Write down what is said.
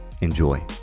enjoy